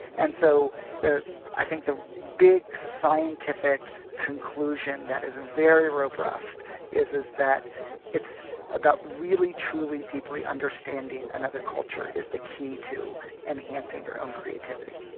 and so the i think the big scientific conclusion that is very robust is is that it's about really, truly, deeply understanding another culture is the key to enhancing your own creativity